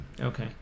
Okay